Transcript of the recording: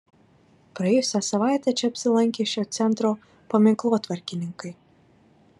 praėjusią savaitę čia apsilankė šio centro paminklotvarkininkai